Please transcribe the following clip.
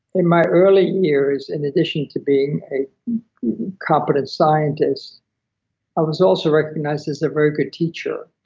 in my early years, in addition to being a competent scientist i was also recognized as a very good teacher.